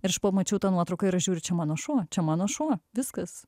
ir aš pamačiau tą nuotrauką ir aš žiūriu čia mano šuo čia mano šuo viskas